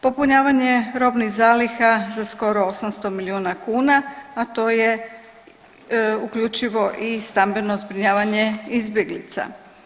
Popunjavanje robnih zaliha za skoro 800 milijuna kuna, a to je uključivo i stambeno zbrinjavanje izbjeglica.